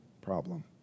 problem